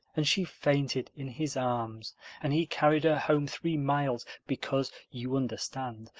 and she fainted in his arms and he carried her home three miles because, you understand,